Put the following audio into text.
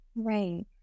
Right